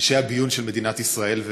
אנשי הביון של מדינת ישראל.